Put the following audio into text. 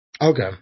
Okay